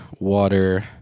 water